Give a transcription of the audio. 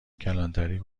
کلانتری